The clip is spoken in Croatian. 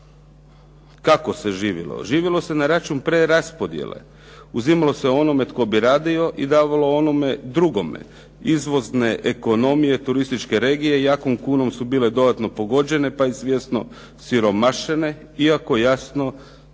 kako se živjelo? Živjelo se na račun preraspodjele. Uzimalo se onome tko bi radio i davalo onome drugome. Izvozne ekonomije turističke regije jakom kunom su bile dodatno pogođene pa i svjesno osiromašene, iako jasno